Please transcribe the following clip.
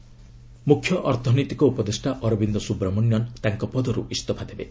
Jaitley CEA ମୁଖ୍ୟ ଅର୍ଥନୈତିକ ଉପଦେଷ୍ଟା ଅରବିନ୍ଦ ସୁବ୍ରମଣ୍ୟନ୍ ତାଙ୍କ ପଦରୁ ଇସ୍ତଫା ଦେବେ